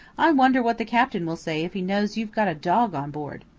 i wonder what the captain will say if he knows you've got a dog on board?